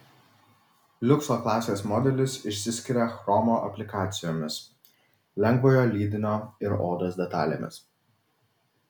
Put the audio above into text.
liukso klasės modelis išsiskiria chromo aplikacijomis lengvojo lydinio ir odos detalėmis